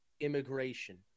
immigration